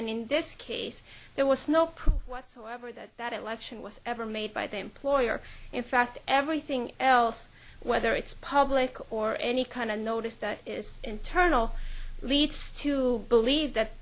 and in this case there was no proof whatsoever that that election was ever made by the employer in fact everything else whether it's public or any kind of notice that is internal leads us to believe that